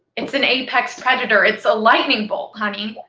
it's an apex predator. it's a lightning bolt, honey.